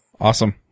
Awesome